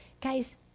guys